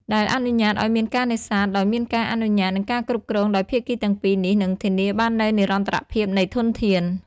ដែលអនុញ្ញាតឱ្យមានការនេសាទដោយមានការអនុញ្ញាត និងការគ្រប់គ្រងដោយភាគីទាំងពីរនេះនឹងធានាបាននូវនិរន្តរភាពនៃធនធាន។។